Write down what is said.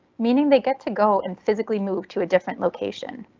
meaning they get to go and physically move to a different location.